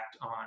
on